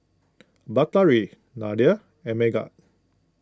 Batari Nadia and Megat